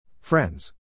Friends